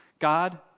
God